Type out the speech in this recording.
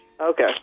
Okay